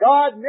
God